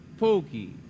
Pookie